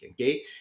okay